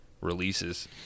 releases